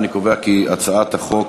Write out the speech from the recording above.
אני קובע כי הצעת החוק